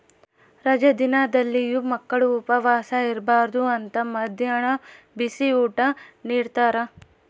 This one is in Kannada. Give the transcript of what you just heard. ರಜಾ ದಿನದಲ್ಲಿಯೂ ಮಕ್ಕಳು ಉಪವಾಸ ಇರಬಾರ್ದು ಅಂತ ಮದ್ಯಾಹ್ನ ಬಿಸಿಯೂಟ ನಿಡ್ತಾರ